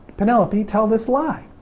penelope tell this lie?